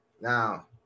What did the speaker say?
now